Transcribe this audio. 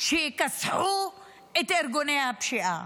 שיכסחו את ארגוני הפשיעה.